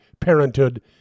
Parenthood